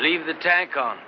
leave the tank gun